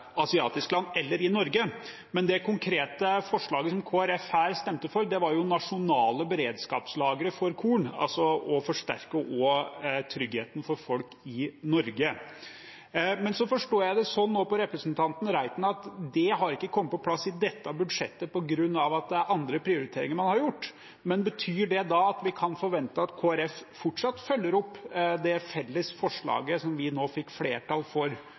asiatisk land eller i Norge. Men det konkrete forslaget som Kristelig Folkeparti her stemte for, var nasjonale beredskapslagre for korn – altså å forsterke tryggheten for folk i Norge. Så forstår jeg det nå sånn på representanten Reiten at det ikke har kommet på plass i dette budsjettet på grunn av andre prioriteringer man har gjort. Betyr det da at man kan forvente at Kristelig Folkeparti fortsatt følger opp det felles forslaget som vi da fikk flertall for